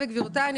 שלום לכולם,